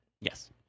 Yes